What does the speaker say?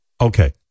Okay